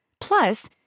Plus